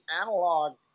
analog